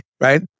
right